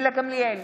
גילה גמליאל,